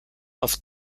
auf